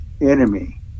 enemy